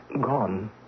gone